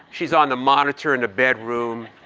she's on the monitor in the bedroom.